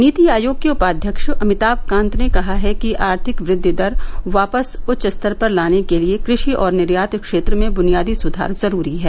नीति आयोग के उपाध्यक्ष अमिताम कांत ने कहा है कि आर्थिक वृद्वि दर वापस उच्च स्तर पर लाने के लिए कृषि और निर्यात क्षेत्र में बुनियादी सुधार जरूरी हैं